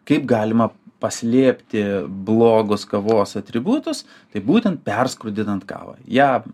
kaip galima paslėpti blogus kavos atributus tai būtent perskrudinant kavą ją